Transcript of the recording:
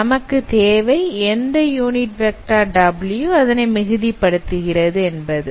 நமக்கு தேவை எந்த யூனிட்வெக்டார் W அதனை மிகுதி படுத்துகிறது என்பது